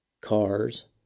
cars